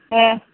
दे